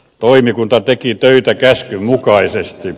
toimikunta teki töitä käskyn mukaisesti